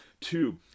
two